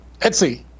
Etsy